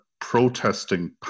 protesting